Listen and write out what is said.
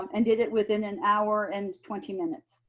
um and did it within an hour and twenty minutes.